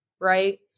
right